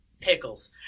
pickles